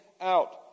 out